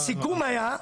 הסיכום היה,